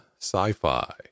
Sci-Fi